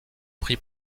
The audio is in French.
prit